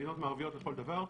מדינות מערביות לכל דבר,